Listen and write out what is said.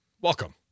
Welcome